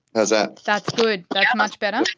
how's that? that's good, that's much better